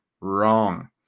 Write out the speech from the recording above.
Wrong